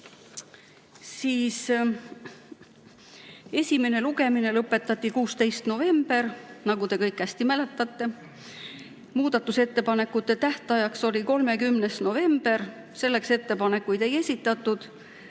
siis esimene lugemine lõpetati 16. novembril, nagu te kõik hästi mäletate. Muudatusettepanekute tähtajaks oli 30. november, selleks päevaks ettepanekuid ei esitatud.